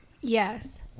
yes